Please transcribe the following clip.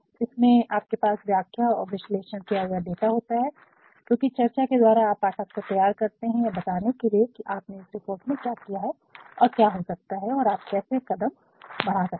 इसमें आपके पास व्याख्या और विश्लेषण किया हुआ डाटा होता है क्योंकि चर्चा के द्वारा आप पाठक को तैयार करते हैं यह बताने के लिए कि आपने इस रिपोर्ट में क्या किया है और क्या हो सकता है और आप कैसे कदम बढ़ा सकते हैं